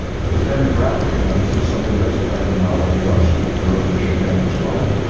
but the demographic trends are something that's affecting not only us, but europe and japan as well.